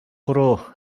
хороо